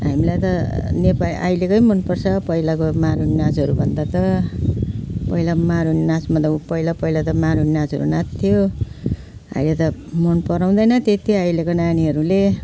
हामीलाई त नेपाली अहिलेकै मन पर्छ पहिलाको मारुनी नाचहरू भन्दा त पहिला मारुनी नाचमा त पहिला पहिला त मारुनी नाचहरू नाच्थ्यो अहिले त मन पराउँदैन त्यति अहिलेको नानीहरूले